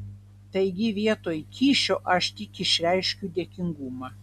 taigi vietoj kyšio aš tik išreikšiu dėkingumą